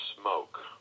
Smoke